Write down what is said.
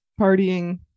partying